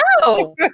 No